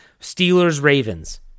Steelers-Ravens